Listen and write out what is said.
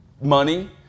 money